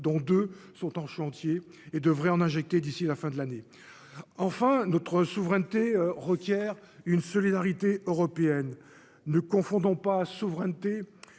dont 2 sont en chantier et devrait en injecter d'ici la fin de l'année, enfin notre souveraineté requiert une solidarité européenne ne confondons pas souveraineté